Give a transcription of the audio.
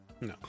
No